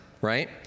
right